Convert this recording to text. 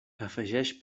afegeix